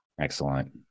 Excellent